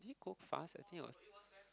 sis it go fast I think it was